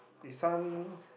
this one